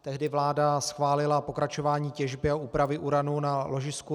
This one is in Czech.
Tehdy vláda schválila pokračování těžby a úpravy uranu na ložisku